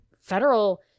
federal